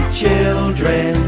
children